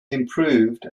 improved